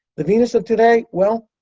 the venus of today? well,